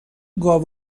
گاو